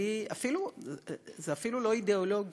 זה אפילו לא אידיאולוגי,